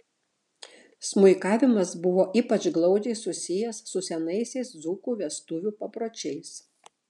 smuikavimas buvo ypač glaudžiai susijęs su senaisiais dzūkų vestuvių papročiais